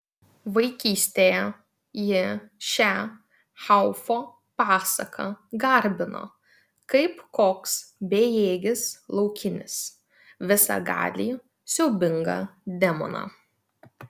vaikystėje ji šią haufo pasaką garbino kaip koks bejėgis laukinis visagalį siaubingą demoną